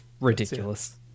ridiculous